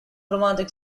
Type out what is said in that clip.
romantic